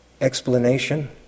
explanation